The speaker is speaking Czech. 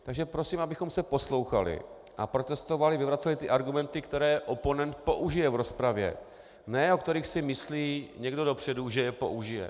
Takže prosím, abychom se poslouchali a protestovali a vyvraceli ty argumenty, které oponent použije v rozpravě, ne ty, o kterých si myslí někdo dopředu, že je použije.